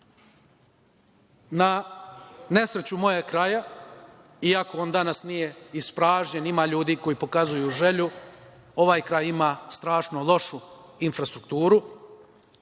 nesreću mog kraja, iako danas nije ispražnjen, ima puno ljudi koji pokazuju želju, ovaj kraj ima strašno lošu infrastrukturu